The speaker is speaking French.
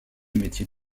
métier